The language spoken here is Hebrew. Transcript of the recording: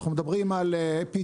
אני הבנתי את זה קצת אחרת.